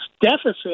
deficit